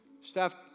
Staff